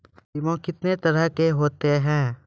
बीमा कितने तरह के होते हैं?